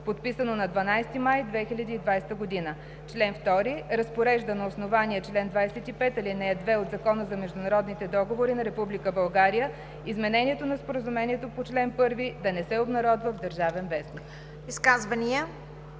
подписано на 12 май 2020 г. Чл. 2. Разпорежда на основание чл. 25, ал. 2 от Закона за международните договори на Република България Изменението на Споразумението по чл. 1 да не се обнародва в „Държавен вестник“.“